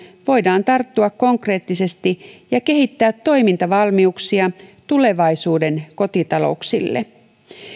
voidaan tarttua konkreettisesti ja kehittää toimintavalmiuksia tulevaisuuden kotitalouksille